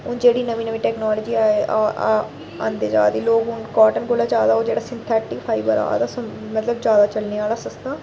हून जेह्ड़ी नमीं नमीं टैक्नोलजी आंदे जा दी लोक हून काटन कोला ज्यादा ओह् जेह्ड़ा सिनथैटिक फाइबर आ दा मतलब ज्यादा चलने आह्ला सस्ता